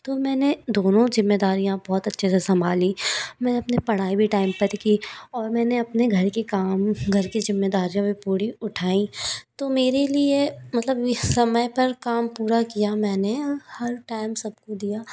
तो मैंने दोनों ज़िम्मेदारियाँ बहुत अच्छे से संभाली मैं अपने पढ़ाई भी टाइम पर की और मैंने अपने घर की काम भी घर की ज़िम्मेदारियाँ भी पूरी उठाईं तो मेरे लिए मतलब समय पर काम पूरा किया मैंने हर टाइम सबको दिया